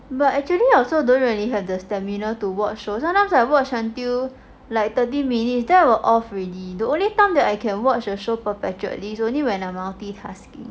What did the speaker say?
but actually I also don't really have the stamina to watch shows sometimes I watch until like thirty minutes then I will off already the only time that I can watch the show perpetually is only when I'm multitasking